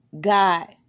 God